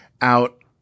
out